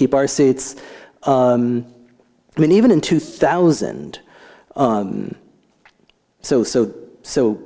keep our seats i mean even in two thousand so so so